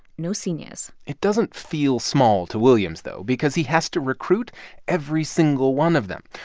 no seniors it doesn't feel small to williams, though, because he has to recruit every single one of them.